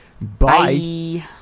bye